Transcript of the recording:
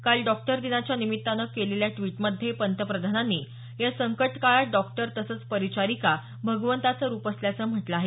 काल डॉक्टर दिनाच्या निमित्ताने केलेल्या द्वीटमध्ये पंतप्रधानांनी या संकट काळात डॉक्टर तसंच परिचारिका भगवंताचं रूप असल्याचं म्हटलं आहे